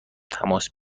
تماس